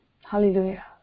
Hallelujah